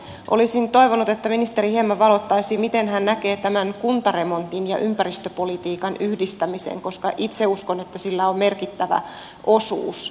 olisin toivonut että ministeri hieman valottaisi miten hän näkee tämän kuntaremontin ja ympäristöpolitiikan yhdistämisen koska itse uskon että sillä on merkittävä osuus